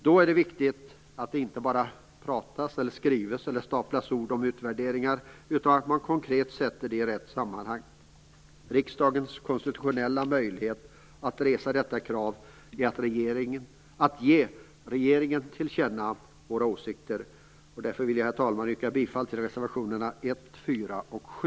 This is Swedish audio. Då är det viktigt att det inte bara talas, skrives eller staplas ord om utvärderingar. Riksdagens konstitution ger oss möjlighet att resa detta krav och att ge regeringen våra åsikter till känna. Därför vill jag, herr talman, yrka bifall till reservationerna 1, 4 och 7.